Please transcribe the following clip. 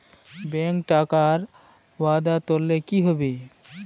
bank टाकार वादा तोरले कि हबे